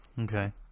okay